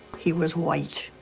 he was white.